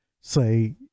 say